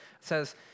says